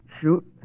shoot